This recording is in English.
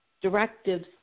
directives